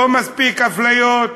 לא מספיק אפליות,